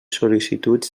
sol·licituds